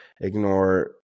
ignore